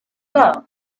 down